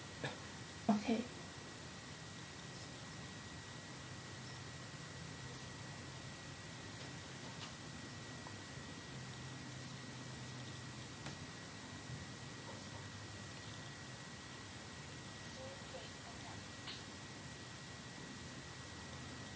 okay